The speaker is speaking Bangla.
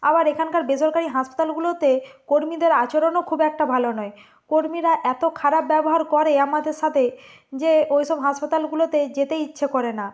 আবার এখানকার বেসরকারি হাসপাতালগুলোতে কর্মীদের আচরণও খুব একটা ভালো নয় কর্মীরা এতো খারাপ ব্যবহার করে আমাদের সাতে যে ওই সব হাসপাতালগুলোতে যেতেই ইচ্ছে করে না